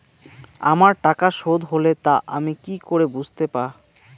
আমার টাকা শোধ হলে তা আমি কি করে বুঝতে পা?